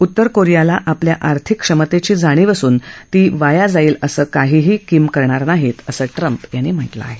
उत्तर कोरियाला आपल्या आर्थिक क्षमतेची जाणीव असून ती वाया जाईल असं काहीही किम करणार नाहीत असं ट्रम्प यांनी म्हटलं आहे